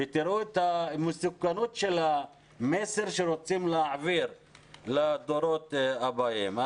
תראו את המסוכנות של המסר שרוצים להעביר לדורות הבאים.